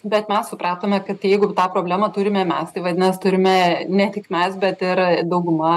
bet mes supratome kad tai jeigu tą problemą turime mes tai vadinasi turime ne tik mes bet ir dauguma